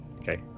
Okay